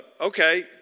okay